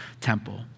temple